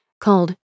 called